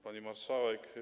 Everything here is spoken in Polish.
Pani Marszałek!